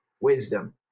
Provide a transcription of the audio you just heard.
wisdom